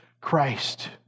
Christ